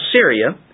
Syria